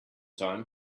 time